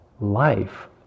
life